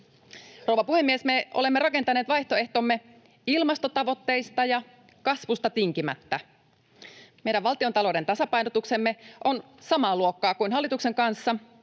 Rouva puhemies! Me olemme rakentaneet vaihtoehtomme ilmastotavoitteista ja kasvusta tinkimättä. Meidän valtiontalouden tasapainotuksemme on samaa luokkaa hallituksen kanssa,